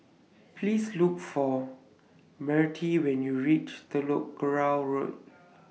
Please Look For Mertie when YOU REACH Telok Kurau Road